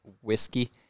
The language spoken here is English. whiskey